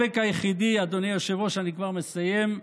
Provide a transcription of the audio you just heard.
אדוני היושב-ראש, אני כבר מסיים.